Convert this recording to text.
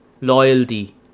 loyalty